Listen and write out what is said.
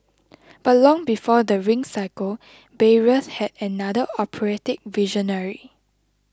but long before the Ring Cycle Bayreuth had another operatic visionary